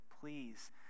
please